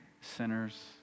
sinners